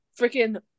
freaking